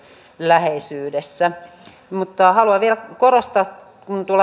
läheisyydessä mutta haluan vielä korostaa